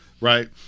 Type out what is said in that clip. right